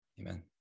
Amen